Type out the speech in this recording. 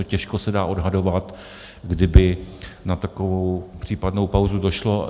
Těžko se dá odhadovat, kdy by na takovou případnou pauzu došlo.